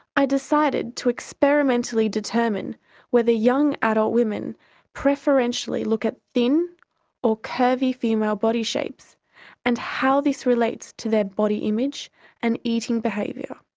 i decided to experimentally determine whether young adult women preferentially look at thin or curvy female body shapes and how this relates to their body image and eating behaviour.